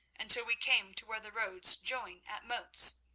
until we came to where the roads join at moats.